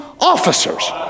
officers